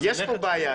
אז יש פה בעיה,